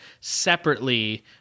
separately